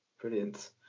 brilliant